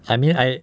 I mean I